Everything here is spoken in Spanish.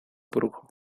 brujo